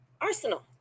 arsenal